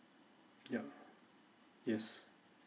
yeah yes